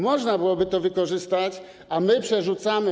Można byłoby to wykorzystać, a my przerzucamy.